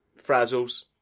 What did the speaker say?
frazzles